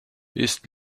ist